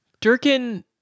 Durkin